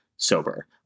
sober